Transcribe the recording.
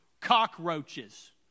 cockroaches